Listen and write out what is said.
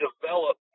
develop